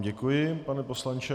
Děkuji vám, pane poslanče.